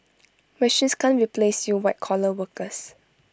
machines can't replace you white collar workers